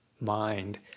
mind